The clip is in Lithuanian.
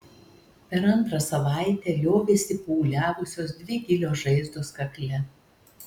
per antrą savaitę liovėsi pūliavusios dvi gilios žaizdos kakle